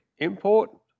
Important